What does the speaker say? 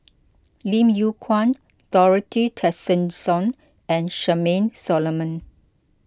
Lim Yew Kuan Dorothy Tessensohn and Charmaine Solomon